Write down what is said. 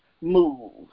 move